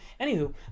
Anywho